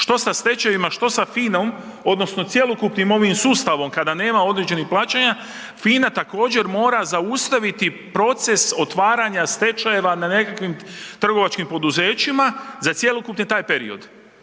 Što sa stečajevima, što sa FINA-om odnosno cjelokupnim ovim sustavom kada nema određenih plaćanja, FINA također, mora zaustaviti proces otvaranja stečajeva na nekakvim trgovačkim poduzećima za cjelokupni taj period.